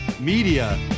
media